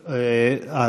אה,